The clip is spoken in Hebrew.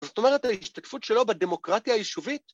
זאת אומרת ההשתתפות שלו בדמוקרטיה היישובית